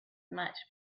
much